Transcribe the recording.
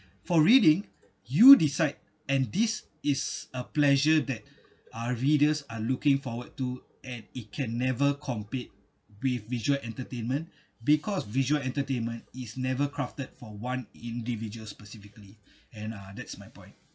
for reading you decide and this is a pleasure that uh readers are looking forward to and it can never compete with visual entertainment because visual entertainment is never crafted for one individual specifically and uh that's my point